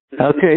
Okay